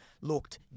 looked